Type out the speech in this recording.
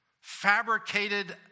Fabricated